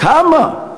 כמה?